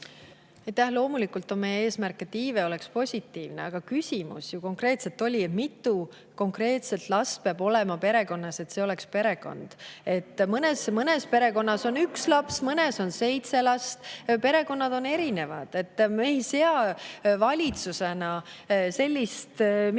Loomulikult on meie eesmärk, et iive oleks positiivne, aga küsimus oli konkreetselt, mitu last peab olema perekonnas, et see oleks perekond. Mõnes perekonnas on üks laps, mõnes on seitse last, perekonnad on erinevad. Me ei sea valitsusena mingit